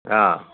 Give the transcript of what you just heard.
অঁ